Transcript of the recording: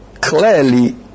clearly